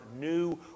new